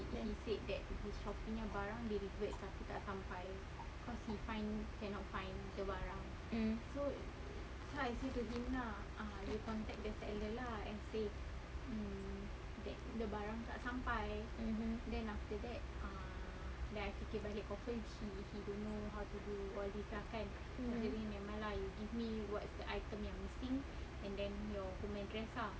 then mm mmhmm mmhmm